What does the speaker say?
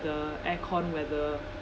the aircon weather